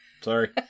Sorry